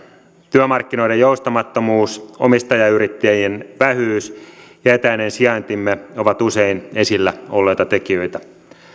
työmarkkinoiden joustamattomuus omistajayrittäjien vähyys ja etäinen sijaintimme ovat usein esillä olleita tekijöitä